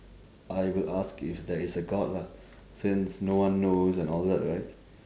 I will ask if there is a god lah since no one knows and all that right